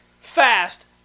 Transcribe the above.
fast